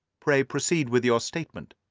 pray proceed with your statement.